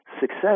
success